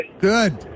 Good